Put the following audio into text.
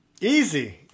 easy